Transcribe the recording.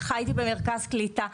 וחייתי במרכז קליטה,